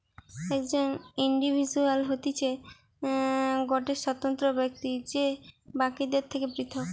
একজন ইন্ডিভিজুয়াল হতিছে গটে স্বতন্ত্র ব্যক্তি যে বাকিদের থেকে পৃথক